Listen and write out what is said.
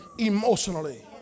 emotionally